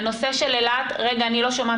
הנושא של אילת --- זה לא רק